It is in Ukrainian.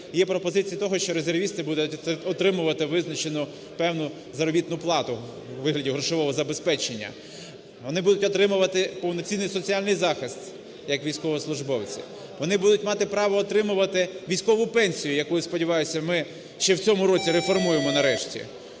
є пропозиції того, що резервісти будуть отримувати визначену певну заробітну плату у вигляді грошового забезпечення, вони будуть отримувати повноцінний соціальний захист як військовослужбовці, вони будуть мати право отримувати військову пенсію, яку, я сподіваюсь, ми ще в цьому році реформуємо, нарешті,